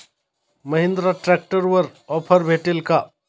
महिंद्रा ट्रॅक्टरवर ऑफर भेटेल का?